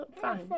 Fine